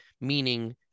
meaning